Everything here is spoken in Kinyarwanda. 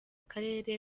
karere